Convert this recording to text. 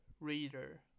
reader